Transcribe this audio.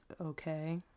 okay